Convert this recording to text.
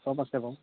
চব আছে বাৰু